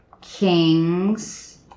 Kings